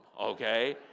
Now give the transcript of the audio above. okay